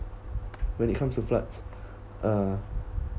when it comes to floods uh